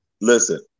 Listen